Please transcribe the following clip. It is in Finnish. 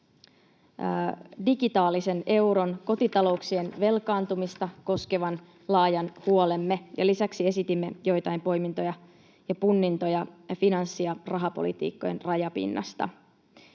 digitaalisen euron sekä kotitalouksien velkaantumista koskevan laajan huolemme ja lisäksi esitimme joitain poimintoja ja punnintoja finanssi‑ ja rahapolitiikkojen rajapinnasta.